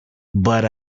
but